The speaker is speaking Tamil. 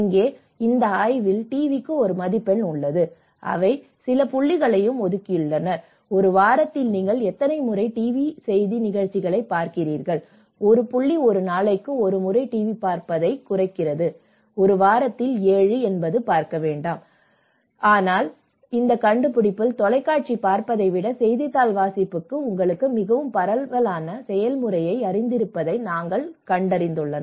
இங்கே இந்த ஆய்வில் டிவிக்கு ஒரு மதிப்பெண் உள்ளது அவை சில புள்ளிகளையும் ஒதுக்கியுள்ளன ஒரு வாரத்தில் நீங்கள் எத்தனை முறை டிவி செய்தி நிகழ்ச்சிகளைப் பார்க்கிறீர்கள் 1 புள்ளி ஒரு நாளைக்கு ஒரு முறை டிவி பார்ப்பதைக் குறிக்கிறது ஒரு வாரத்தில் 7 0 என்பது பார்க்க வேண்டாம் ஆனால் இந்த கண்டுபிடிப்பில் தொலைக்காட்சி பார்ப்பதை விட செய்தித்தாள் வாசிப்பு உங்களுக்கு மிகவும் பரவலான செயல்முறையை அறிந்திருப்பதை அவர்கள் கண்டறிந்துள்ளனர்